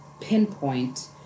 pinpoint